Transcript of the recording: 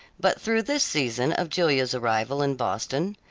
but through this season of julia's arrival in boston,